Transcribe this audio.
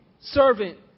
servant